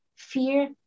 fear